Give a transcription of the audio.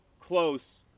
close